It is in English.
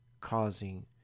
causing